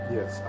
Yes